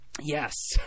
Yes